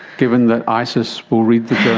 given that isis will read the